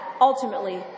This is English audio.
ultimately